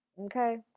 Okay